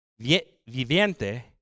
viviente